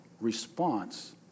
response